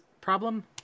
problem